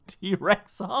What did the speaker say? T-Rex